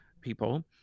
people